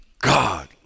God